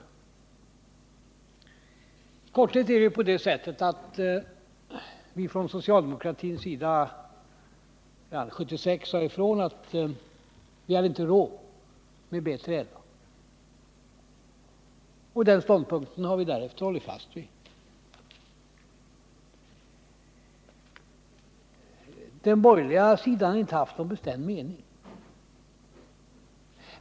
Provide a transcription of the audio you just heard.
I korthet är det ju på det sättet att vi från socialdemokratins sida 1976 sade ifrån att vi inte hade råd med B3LA. Den ståndpunkten har vi därefter hållit fast vid. Den borgerliga sidan har inte haft någon bestämd mening.